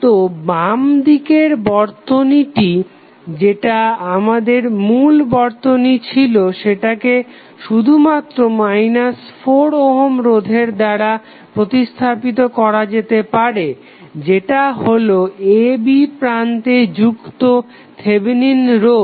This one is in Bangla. তো বামদিকের বর্তনীটি যেটা আমাদের মূল বর্তনী ছিলো সেটাকে শুধুমাত্র 4 ওহম রোধ দ্বারা প্রতিস্থাপিত করা যেতে পারে যেটা হলো a b প্রান্তে যুক্ত থেভেনিন রোধ